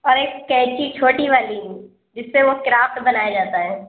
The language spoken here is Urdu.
اور ایک قینچی چھوٹی والی جس سے وہ کرافٹ بنایا جاتا ہے